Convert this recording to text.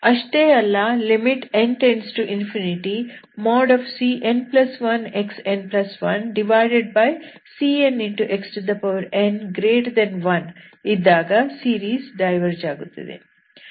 ಅಷ್ಟೇ ಅಲ್ಲ n→∞cn1xn1cnxn1 ಇದ್ದಾಗ ಸೀರೀಸ್ ಡೈವರ್ಜ್ ಆಗುತ್ತದೆ